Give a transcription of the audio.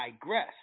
digress